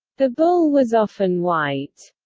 the bull was often white.